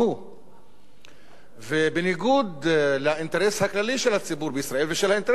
ובניגוד לאינטרס הכללי של הציבור בישראל ושל האינטרס של העמים באזור,